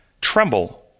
tremble